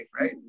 right